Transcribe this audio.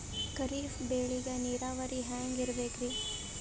ಖರೀಫ್ ಬೇಳಿಗ ನೀರಾವರಿ ಹ್ಯಾಂಗ್ ಇರ್ಬೇಕರಿ?